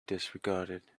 disregarded